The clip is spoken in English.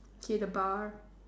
okay the bar